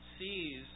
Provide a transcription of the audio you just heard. sees